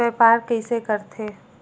व्यापार कइसे करथे?